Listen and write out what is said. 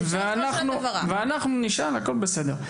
ואנחנו נשאל והכול בסדר.